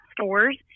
stores